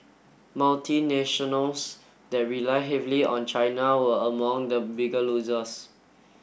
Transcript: multinationals that rely heavily on China were among the bigger losers